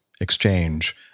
exchange